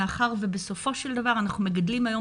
מאחר שבסופו של דבר אנחנו מגדלים היום